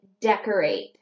decorate